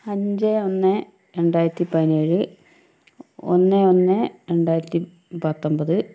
അഞ്ച് ഒന്ന് രണ്ടായിരത്തി പതിനേഴ് ഒന്ന് ഒന്ന് രണ്ടായിരത്തി പത്തൊൻപത്